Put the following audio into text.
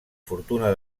fortuna